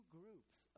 groups